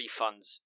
refunds